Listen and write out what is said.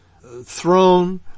throne